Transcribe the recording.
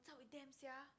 what's up with them sia